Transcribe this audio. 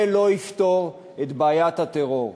זה לא יפתור את בעיית הטרור.